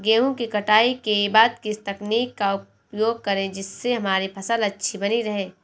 गेहूँ की कटाई के बाद किस तकनीक का उपयोग करें जिससे हमारी फसल अच्छी बनी रहे?